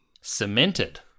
Cemented